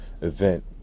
event